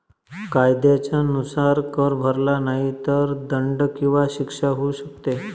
कायद्याच्या नुसार, कर भरला नाही तर दंड किंवा शिक्षा होऊ शकते